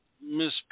Miss